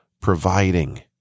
providing